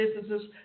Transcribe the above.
businesses